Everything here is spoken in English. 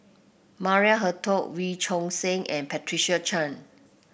Maria Hertogh Wee Choon Seng and Patricia Chan